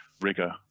rigor